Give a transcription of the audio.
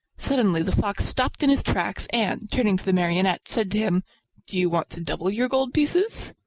suddenly, the fox stopped in his tracks and, turning to the marionette, said to him do you want to double your gold pieces?